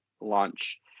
launch